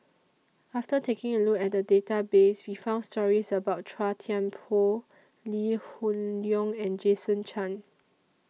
after taking A Look At The Database We found stories about Chua Thian Poh Lee Hoon Leong and Jason Chan